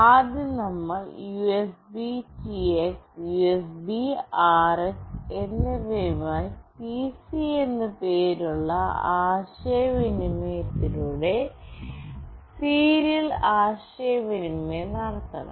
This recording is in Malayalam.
ആദ്യം നമ്മൾ USBTX USBRX എന്നിവയുമായി "പിസി" എന്ന് പേരുള്ള ആശയവിനിമയത്തിലൂടെ സീരിയൽ ആശയവിനിമയം നടത്തണം